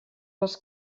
les